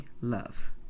love